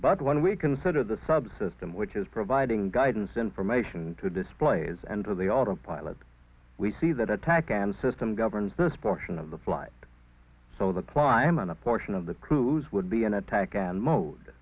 but when we consider the subsystem which is providing guidance information to displays and to the autopilot we see that attack and system governs this portion of the flight so that climb on a portion of the cruise would be an attack and mo